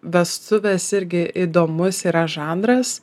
vestuves irgi įdomus yra žanras